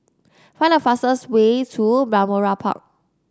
find the fastest way to Balmoral Park